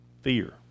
fear